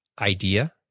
idea